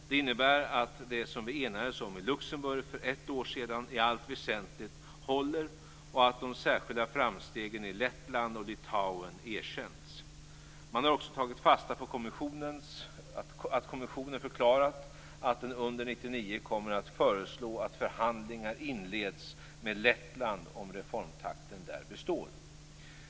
Det innebär att det som vi enades om i Luxemburg för ett år sedan i allt väsentligt håller och att de särskilda framstegen i Lettland och Litauen erkänts. Man har också tagit fasta på att kommissionen förklarat att den under 1999 kommer att föreslå att förhandlingar inleds med Lettland om reformtakten där består.